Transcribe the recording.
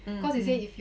mm mm